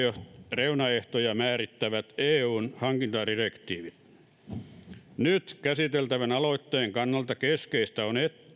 reunaehtoja määrittävät eun hankintadirektiivit nyt käsiteltävän aloitteen kannalta keskeistä